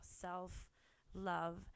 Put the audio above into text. self-love